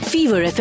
Fever